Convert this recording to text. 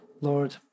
Lord